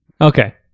Okay